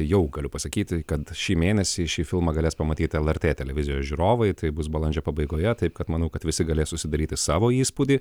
jau galiu pasakyti kad šį mėnesį šį filmą galės pamatyti lrt televizijos žiūrovai tai bus balandžio pabaigoje taip kad manau kad visi galės susidaryti savo įspūdį